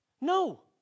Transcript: No